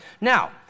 Now